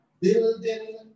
building